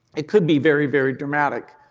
it could be very, very dramatic.